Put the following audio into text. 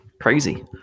Crazy